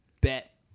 Bet